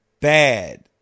bad